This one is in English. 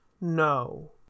No